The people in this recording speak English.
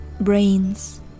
brains